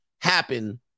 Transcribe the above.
happen